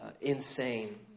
insane